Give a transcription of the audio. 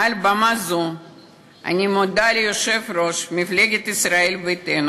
מעל במה זו אני מודה ליושב-ראש מפלגת ישראל ביתנו,